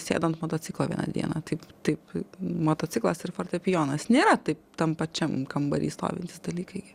sėdo ant motociklo vieną dieną taip taip motociklas ir fortepijonas nėra taip tam pačiam kambary stovintys dalykai gi